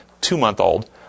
two-month-old